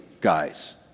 guys